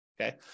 okay